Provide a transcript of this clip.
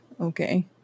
okay